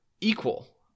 equal